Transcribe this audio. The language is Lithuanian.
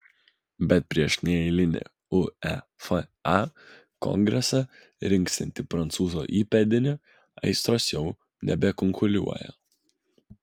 bet prieš neeilinį uefa kongresą rinksiantį prancūzo įpėdinį aistros jau nebekunkuliuoja